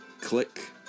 click